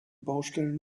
baustellen